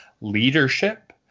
leadership